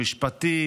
המשפטית,